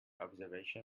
observation